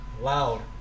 Loud